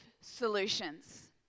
solutions